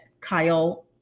Kyle